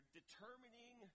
determining